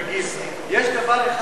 יש דבר אחד עקרוני,